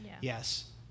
yes